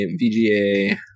VGA